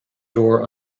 door